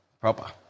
Proper